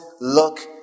look